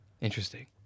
Interesting